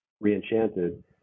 re-enchanted